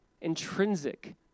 intrinsic